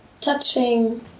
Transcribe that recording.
touching